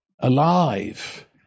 alive